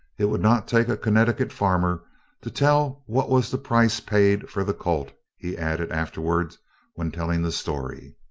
it would not take a connecticut farmer to tell what was the price paid for the colt, he added afterward when telling the story.